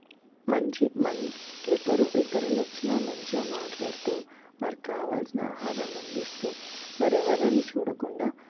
మంచి మం ఎవ్వరు ఇతరులు వచ్చినా మంచిగా మాట్లాడుతూ వారికి కావాల్సిన ఆహారాన్ని అందిస్తూ వారు ఎవ్వరిని చూడకుండా